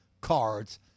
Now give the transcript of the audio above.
cards